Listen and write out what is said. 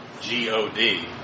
G-O-D